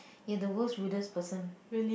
you are the worst rudest person